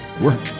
work